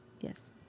yes